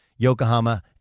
Yokohama